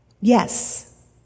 Yes